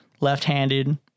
left-handed